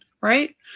right